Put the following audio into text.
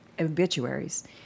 obituaries